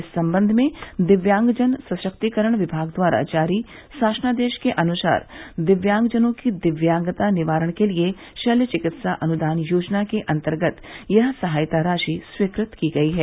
इस संबंध में दिव्यांगजन सशक्तीकरण विभाग द्वारा जारी शासनादेश के अनुसार दिव्यांगजनों की दिव्यांगता निवारण के लिए शल्य चिकित्सा अनुदान योजना के अन्तर्गत यह सहायता राशि स्वीकृत की गई है